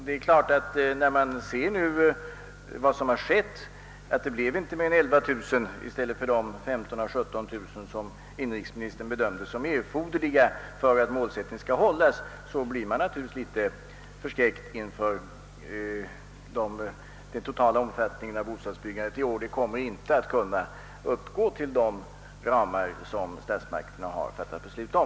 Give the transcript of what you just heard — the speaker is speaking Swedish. Det är givet att man, när det visat sig att bostadsbyggandet inte uppgått till mer än 11 000 lägenheter — i stället för 15 000—17 000 som inrikesministern bedömde vara erforderliga för att uppnå målet — blir litet förskräckt med tanke på vad den totala omfattningen av bostadsbyggandet kommer att bli i år. Bostadsbyggandet kommer inte att kunna fylla de ramar som statsmakterna har fattat beslut om.